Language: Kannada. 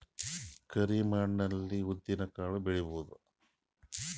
ಕರಿ ಮಣ್ಣ ಅಲ್ಲಿ ಉದ್ದಿನ್ ಕಾಳು ಬೆಳಿಬೋದ?